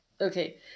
Okay